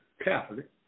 Catholic